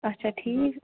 اَچھا ٹھیٖک